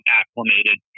acclimated